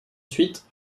suite